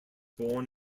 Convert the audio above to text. born